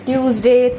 Tuesday